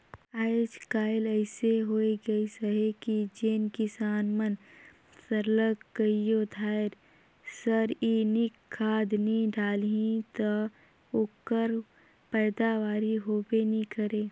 आएज काएल अइसे होए गइस अहे कि जेन किसान मन सरलग कइयो धाएर रसइनिक खाद नी डालहीं ता ओकर पएदावारी होबे नी करे